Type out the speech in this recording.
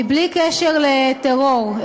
בלי קשר לטרור,